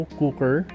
cooker